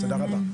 תודה רבה.